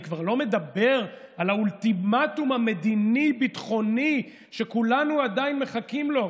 אני כבר לא מדבר על האולטימטום המדיני-ביטחוני שכולנו עדיין מחכים לו,